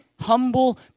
humble